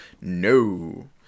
No